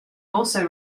also